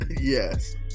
yes